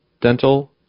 dental